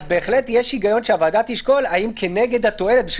בהחלט יש היגיון שהוועדה תשקול כנגד התועלת.